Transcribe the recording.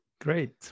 Great